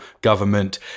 government